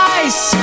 ice